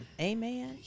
Amen